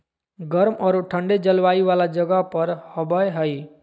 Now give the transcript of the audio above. गर्म औरो ठन्डे जलवायु वाला जगह पर हबैय हइ